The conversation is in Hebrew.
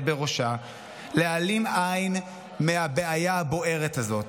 בראשה להעלים עין מהבעיה הבוערת הזאת.